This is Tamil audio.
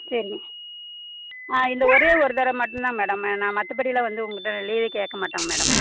சரி இந்த ஒரே ஒரு தரம் மட்டும் தான் மேடம் நான் மற்றபடி எல்லாம் வந்து உங்கள் கிட்ட லீவே கேட்க மாட்டோங்க மேடம்